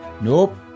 Nope